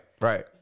Right